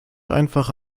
einfach